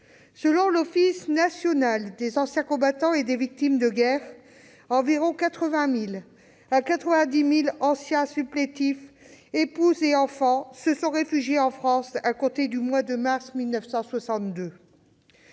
Selon l'Office national des anciens combattants et victimes de guerre, 80 000 à 90 000 anciens supplétifs, épouses et enfants se sont réfugiés en France à compter du mois de mars 1962.